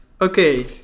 Okay